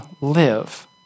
live